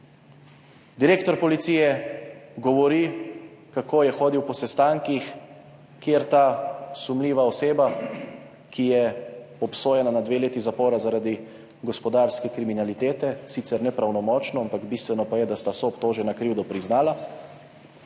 Direktor policije govori, kako je hodil po sestankih, kjer ta sumljiva oseba, ki je obsojena na dve leti zapora zaradi gospodarske kriminalitete, sicer ne pravnomočno, ampak bistveno pa je, da sta soobtožena krivdo priznala,